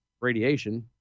radiation